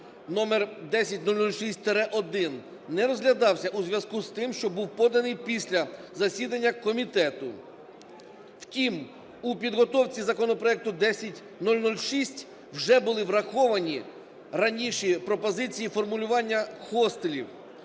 (№ 10006-1), не розглядався у зв'язку з тим, що був поданий після засідання комітету. Втім, у підготовці законопроекту 10006 вже були враховані раніше пропозиції формулювання хостелів.